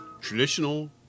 traditional